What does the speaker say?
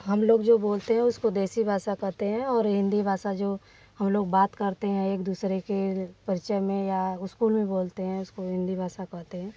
हम लोग जो बोलते हैं उसको देसी भाषा कहते हैं और हिंदी भाषा जो हम लोग बात करते हैं एक दूसरे के परिचय में या उस्कूल में बोलते हैं इसको हिंदी भाषा कहते हैं